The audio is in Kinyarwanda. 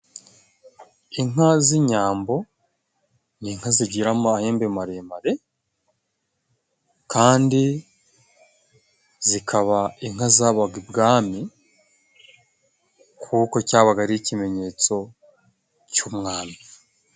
Inka z'inyambo, ni inka zigira amahembe maremare kandi zikaba inka zabaga ibwami, kuko cyabaga ari ikimenyetso cy'umwami.